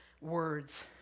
words